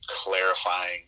clarifying